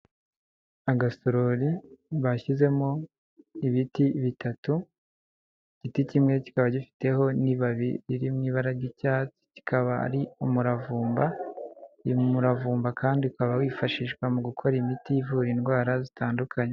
Agasorori bashyizemo ibiti bitatu, igiti kimwe kikaba gifiteho n'ibabi riri mu ibara ry'icyatsi kikaba ari umuravumba, umuravumba kandi ukaba wifashishwa mu gukora imiti ivura indwara zitandukanye.